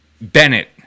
Bennett